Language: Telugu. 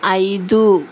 ఐదు